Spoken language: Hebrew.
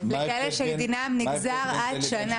לכאלה שדינם נגזר עד שנה.